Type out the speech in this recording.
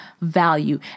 value